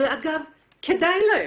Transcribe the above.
ואגב, כדאי להם,